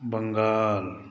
Bengal